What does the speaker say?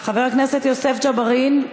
חבר הכנסת יוסף ג'בארין,